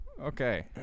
Okay